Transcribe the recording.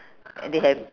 and they have